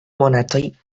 monatoj